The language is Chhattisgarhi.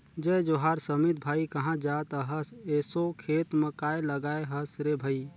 जय जोहार समीत भाई, काँहा जात अहस एसो खेत म काय लगाय हस रे भई?